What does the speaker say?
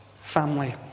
family